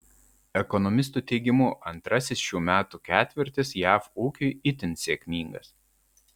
ekonomistų teigimu antrasis šių metų ketvirtis jav ūkiui itin sėkmingas